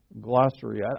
glossary